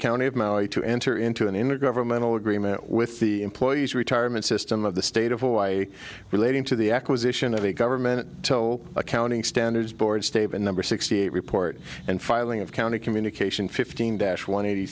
county of maui to enter into an intergovernmental agreement with the employees retirement system of the state of hawaii relating to the acquisition of a government accounting standards board state and number sixty eight report and filing of county communication fifteen dash one eighty